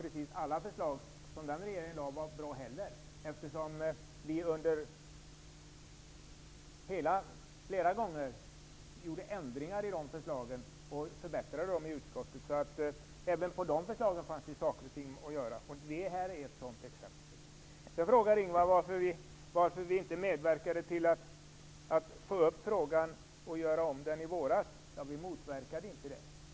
Precis alla förslag som den borgerliga regeringen lade fram var väl heller inte bra, eftersom vi i utskottet flera gånger gjorde ändringar och förbättringar i förslagen. Även i den regeringens förslag fanns saker att ändra, och detta är ett sådant exempel. Ingvar Eriksson frågar varför vi inte medverkade till att föra upp frågan och göra om den i våras. Ja, vi motverkade inte detta.